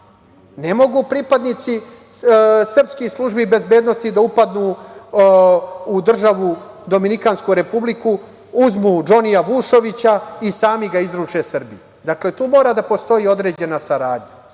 Ne mogu pripadnici srpskih službi bezbednosti da upadnu u državu Dominikansku Republiku, uzmu Džonija Vušovića i sami ga izruče Srbiji. Dakle, tu mora da postoji određena saradnja,